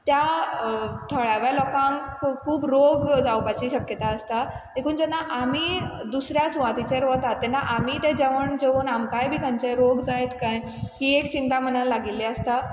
त्या थळाव्या लोकांक खू खूब रोग जावपाची शक्यता आसता देखून जेन्ना आमी दुसऱ्या सुवातीचेर वतात तेन्ना आमी तें जेवण जेवून आमकांय बी खंचे रोग जायत काय ही एक चिंता मनान लागिल्ली आसता